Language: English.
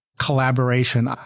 collaboration